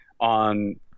on